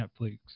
netflix